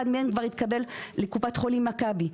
אחד מהם כבר התקבל לקופת חולים מכבי.